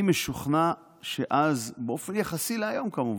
אני משוכנע שאז, באופן יחסי להיום כמובן,